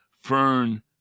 Fern